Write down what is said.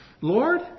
Lord